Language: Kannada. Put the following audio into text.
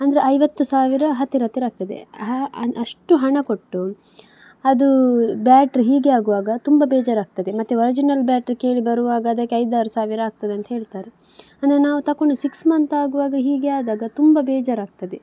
ಅಂದರೆ ಐವತ್ತು ಸಾವಿರ ಹತ್ತಿರ ಹತ್ತಿರ ಆಗ್ತದೆ ಅಷ್ಟು ಹಣ ಕೊಟ್ಟು ಅದು ಬ್ಯಾಟ್ರಿ ಹೀಗೆ ಆಗುವಾಗ ತುಂಬ ಬೇಜಾರಾಗ್ತದೆ ಮತ್ತೆ ವರ್ಜಿನಲ್ ಬ್ಯಾಟ್ರಿ ಕೇಳಿ ಬರುವಾಗ ಅದಕ್ಕೆ ಐದಾರು ಸಾವಿರ ಆಗ್ತದೆ ಅಂಥೇಳ್ತಾರೆ ಅಂದರೆ ನಾವು ತೊಗೊಂಡು ಸಿಕ್ಸ್ ಮಂತ್ ಆಗುವಾಗ ಹೀಗೆ ಆದಾಗ ತುಂಬ ಬೇಜಾರು ಆಗ್ತದೆ